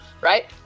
right